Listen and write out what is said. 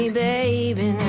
baby